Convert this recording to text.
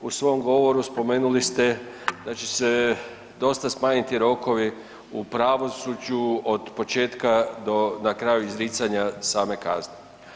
U svom govoru spomenuli ste da će se dosta smanjiti rokovi u pravosuđu od početka, do na kraju izricanja same kazne.